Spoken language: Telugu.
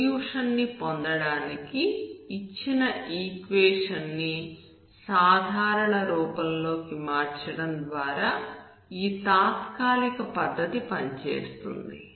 సొల్యూషన్ ని పొందడానికి ఇచ్చిన ఈక్వేషన్ ని సాధారణ రూపంలోకి మార్చడం ద్వారా ఈ తాత్కాలిక పద్ధతి పనిచేస్తుంది